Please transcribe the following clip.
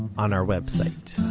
on our website.